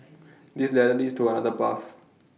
this ladder leads to another path